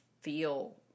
feel